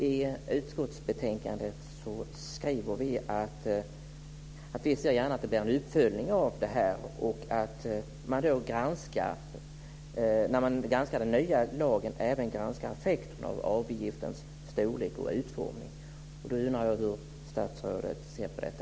I betänkandet framhåller utskottet att man i samband med uppföljningen av den nya lagen även bör granska effekterna av avgiftens storlek och utformning. Jag undrar hur statsrådet ser på detta.